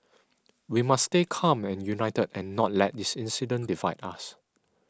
we must stay calm and united and not let this incident divide us